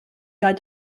got